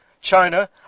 China